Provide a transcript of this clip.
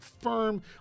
firm